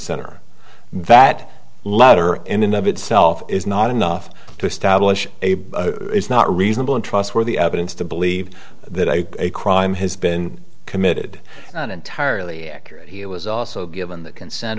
center that letter in and of itself is not enough to establish a it's not reasonable and trustworthy evidence to believe that a crime has been committed on entirely accurate he was also given the consent